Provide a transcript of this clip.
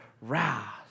wrath